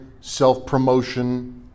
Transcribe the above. self-promotion